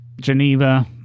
Geneva